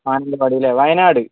മാനന്തവാടിലെ Wayanad